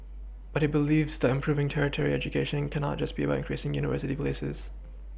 but he believes that improving tertiary education cannot just be about increasing university places